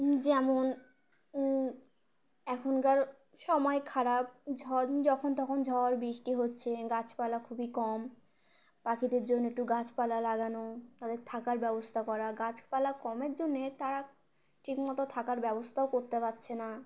যেমন এখনকার সময় খারাপ যখন তখন ঝড় বৃষ্টি হচ্ছে গাছপালা খুবই কম পাখিদের জন্য একটু গাছপালা লাগানো তাদের থাকার ব্যবস্থা করা গাছপালা কমের জন্যে তারা ঠিকমতো থাকার ব্যবস্থাও করতে পারছে না